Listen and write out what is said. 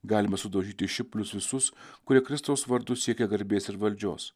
galima sudaužyti ši pliusus kurie kristaus vardu siekia garbės ir valdžios